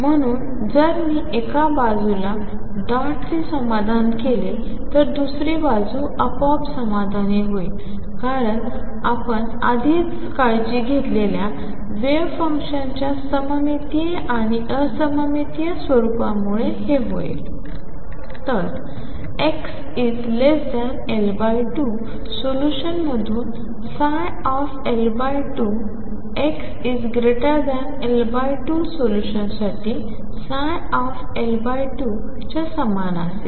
म्हणून जर मी एका बाजूला डॉटचे समाधान केले तर दुसरी बाजू आपोआप समाधानी होईल कारण आपण आधीच काळजी घेतलेल्या वेव्ह फंक्शनच्या सममितीय आणि असममितीय स्वरूपामुळे हे होईल तर xL2 सोल्यूशनमधून L2 xL2 सोल्यूशनसाठी L2 च्या समान असेल